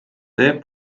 tee